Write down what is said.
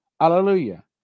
Hallelujah